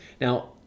Now